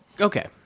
Okay